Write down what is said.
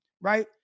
right